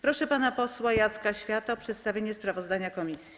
Proszę pana posła Jacka Świata o przedstawienie sprawozdania komisji.